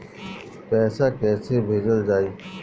पैसा कैसे भेजल जाइ?